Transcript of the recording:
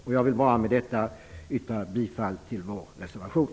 Med detta vill jag yrka bifall till vår reservation.